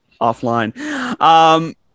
offline